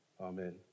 Amen